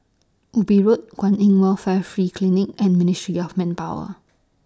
Ubi Road Kwan in Welfare Free Clinic and Ministry of Manpower